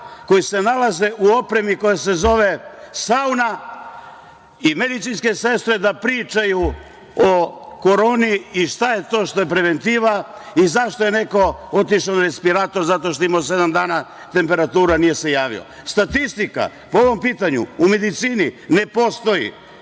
koji se nalaze u opremi koja se zove sauna i medicinske sestre da pričaju o koroni i šta je to što je preventiva i zašto je neko otišao na respirator - zato što je imao sedam dana temperaturu, a nije se javio. Statistika po ovom pitanju u medicini ne postoji